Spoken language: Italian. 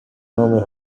nome